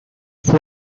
fue